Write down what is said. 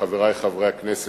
חברי חברי הכנסת,